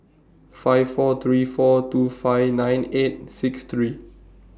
five four three four two five nine eight six three